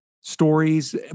stories